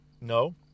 no